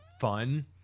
fun